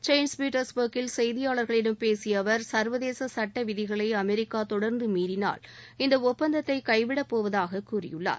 Saint பீட்டர்ஸ் பர்க்கில் செய்தியாளர்களிடம் பேசிய அவர் சர்வதேச சுட்ட விதிகளை அமெரிக்கா தொடர்ந்து மீறினால் இந்த ஒப்பந்தத்தை கைவிடப்போவதாக கூறியுள்ளார்